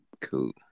Cool